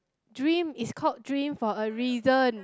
dream is called dream for a reason